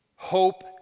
Hope